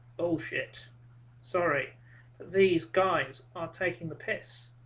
bullshit sorry these guys are taking the pace